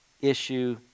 issue